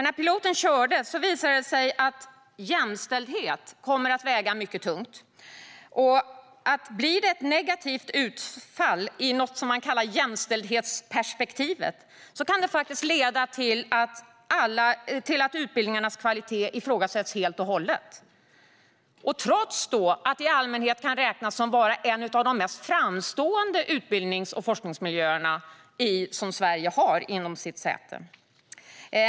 När piloten kördes visade det sig nämligen att jämställdhet kommer att väga mycket tungt, och om det blir ett negativt utfall i något som man kallar för jämställdhetsperspektivet kan det faktiskt leda till att en utbildnings kvalitet ifrågasätts helt och hållet, trots att den i allmänhet räknas som en av de mest framstående utbildnings och forskningsmiljöerna i Sverige inom sitt område.